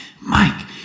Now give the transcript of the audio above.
Mike